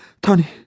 Tony